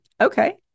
okay